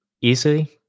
easily